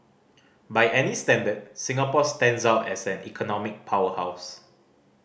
by any standard Singapore stands out as an economic powerhouse